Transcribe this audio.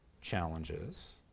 challenges